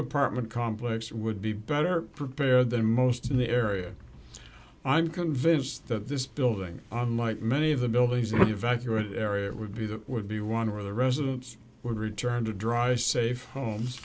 apartment complex would be better prepared than most in the area i'm convinced that this building like many of the buildings in the evacuated area would be that would be one or the residence would return to dries safe homes